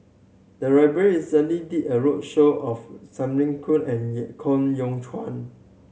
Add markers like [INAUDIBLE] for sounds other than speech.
the library recently did a roadshow of Singh [UNINTELLIGIBLE] and [UNINTELLIGIBLE] Koh Yong Guan